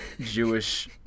Jewish